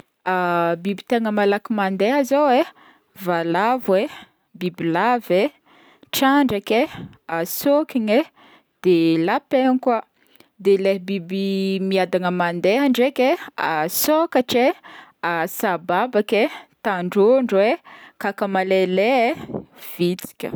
Biby tegna malaky mandeha zao e: valavo e, bibilava e, trandraka e, sôkigny e, de lapin koa, de le biby miadagna mandeha ndraiky e: sôkatra e, sababaka e, kandrondro e, kaka malailay e, vitsika.